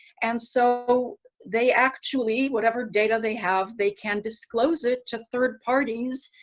and so they actually whatever data they have they can disclose it to third parties